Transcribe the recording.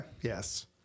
Yes